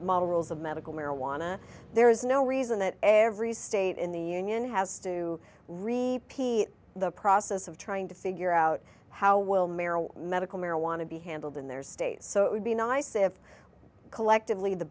models of medical marijuana there is no reason that every state in the union has to repeat the process of trying to figure out how well merril medical marijuana be handled in their state so it would be nice if collectively the